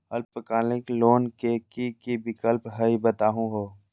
अल्पकालिक लोन के कि कि विक्लप हई बताहु हो?